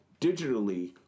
digitally